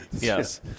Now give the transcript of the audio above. Yes